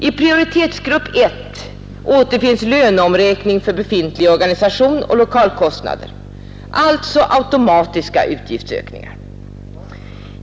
I prioritetsgrupp 1 återfinns löneomräkning för befintlig organisation och lokalkostnader — alltså automatiska utgiftsökningar.